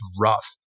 rough